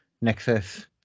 Nexus